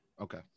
Okay